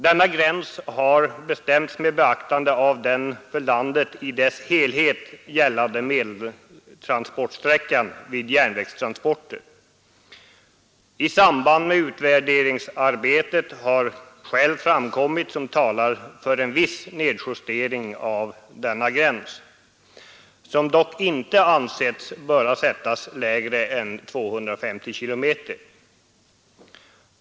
Denna gräns har bestämts med beaktande av den för landet i dess helhet gällande medeltransportsträckan vid järnvägstransporter. I samband med utvärderingsarbetet har skäl framkommit som talar för en viss nedjustering av denna gräns, som dock inte ansetts böra sättas lägre än 250 km.